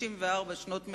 61 שנות המדינה.